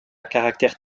caractère